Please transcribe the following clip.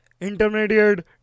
intermediate